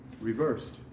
Reversed